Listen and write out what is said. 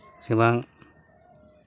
ᱥᱮ ᱵᱟᱝ